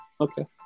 Okay